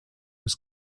was